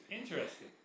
Interesting